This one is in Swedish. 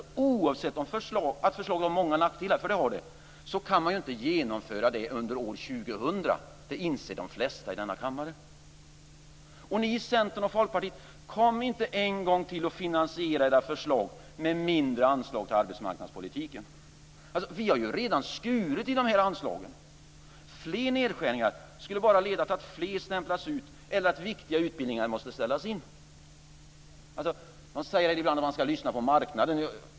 Förutom att förslaget har många nackdelar, kan det inte genomföras under år 2000, det inser de flesta i denna kammare. Ni i Centern och Folkpartiet: Kom inte en gång till och finansiera era förslag med mindre anslag till arbetsmarknadspolitiken. Vi har redan skurit i dessa anslag. Fler nedskärningar skulle bara leda till att fler stämplas ut eller att viktiga utbildningar måste ställas in. Det sägs ibland att man ska lyssna till marknaden.